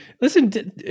Listen